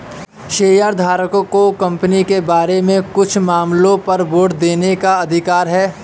शेयरधारकों को कंपनी के बारे में कुछ मामलों पर वोट देने का अधिकार है